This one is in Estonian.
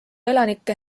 elanikke